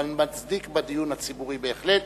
אבל מצדיק בדיון הציבורי בהחלט.